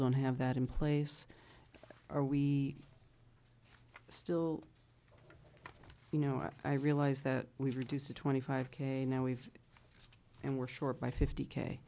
don't have that in place are we still you know i realize that we've reduced to twenty five k now we've and we're short by fifty k